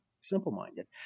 simple-minded